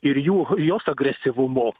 ir jų jos agresyvumu